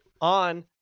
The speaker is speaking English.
on